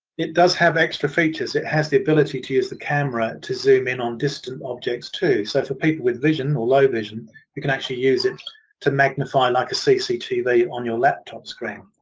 it does have extra features. it has the ability to use the camera to zoom in on distance objects too, so for people with vision or low vision they can actually use it to magnify like a cctv on your laptop screen.